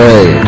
Hey